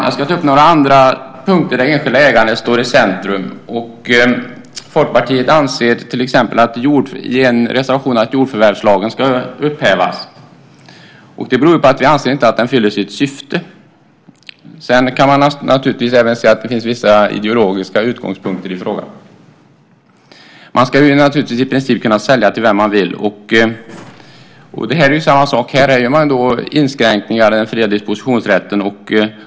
Jag ska ta upp några andra punkter där det enskilda ägandet står i centrum. Folkpartiet anser till exempel i en reservation att jordförvärvslagen ska upphävas. Det beror på att vi anser att den inte fyller sitt syfte. Sedan finns det naturligtvis vissa ideologiska utgångspunkter i frågan. Man ska naturligtvis i princip kunna sälja till vem man vill. Här är det inskränkningar i dispositionsrätten.